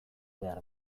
behar